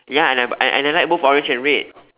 ya and I and I like both orange and red